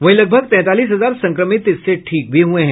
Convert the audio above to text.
वहीं लगभग तैंतालीस हजार संक्रमित इससे ठीक भी हुए हैं